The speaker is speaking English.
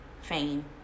fame